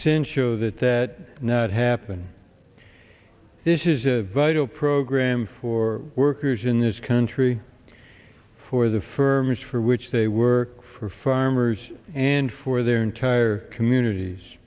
cinch show that that not happen this is a vital program for workers in this country for the firms for which they work for farmers and for their entire communities